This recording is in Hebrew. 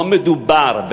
לא על זה מדובר.